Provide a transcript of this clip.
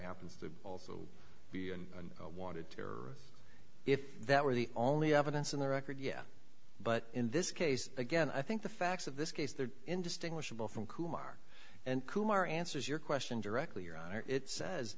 happens to also be and wanted terrorists if that were the only evidence in the record yeah but in this case again i think the facts of this case they're indistinguishable from kumar and kumar answers your question directly your honor it says